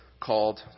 called